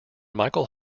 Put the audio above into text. michael